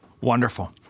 Wonderful